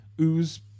ooze